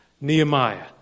Nehemiah